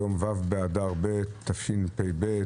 היום ו' באדר ב' התשפ"ב,